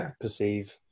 perceive